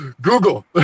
Google